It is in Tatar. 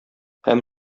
һәм